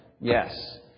yes